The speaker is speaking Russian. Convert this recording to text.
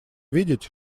видеть